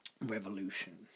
revolution